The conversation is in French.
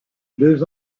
deux